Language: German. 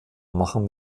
machen